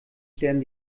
sterben